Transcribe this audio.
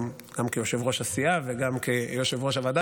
גם כיושב-ראש הסיעה וגם כיושב-ראש הוועדה